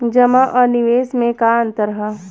जमा आ निवेश में का अंतर ह?